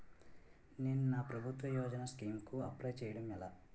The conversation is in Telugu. నేను నా ప్రభుత్వ యోజన స్కీం కు అప్లై చేయడం ఎలా?